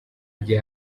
igihe